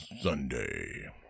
Sunday